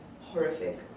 horrific